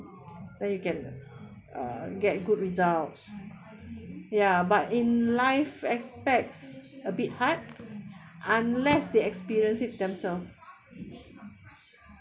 then you can uh get good results ya but in life aspects a bit hard unless they experience it themselves